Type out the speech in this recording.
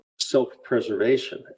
self-preservation